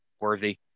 worthy